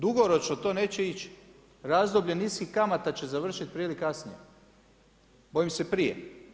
Dugoročno to neće ići, razdoblje niskih kamata će završiti prije ili kasnije, bojim se prije.